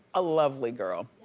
a lovely girl.